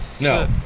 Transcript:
No